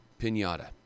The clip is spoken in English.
pinata